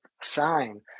sign